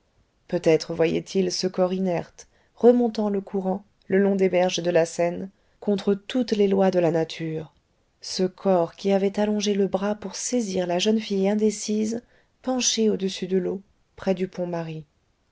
peut-être voyait-il ce corps inerte remontant le courant le long des berges de la seine contre toutes les lois de la nature ce corps qui avait allongé le bras pour saisir la jeune fille indécise penchée au-dessus de l'eau près du pont marie